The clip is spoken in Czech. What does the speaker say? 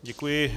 Děkuji.